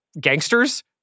gangsters